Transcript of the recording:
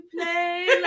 play